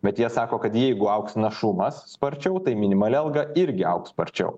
bet jie sako kad jeigu augs našumas sparčiau tai minimali alga irgi augs sparčiau